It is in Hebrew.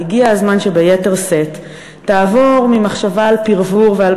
אבל הגיע הזמן שביתר שאת תעבור ממחשבה על פרבור ועל